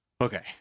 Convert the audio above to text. Okay